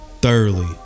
Thoroughly